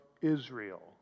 Israel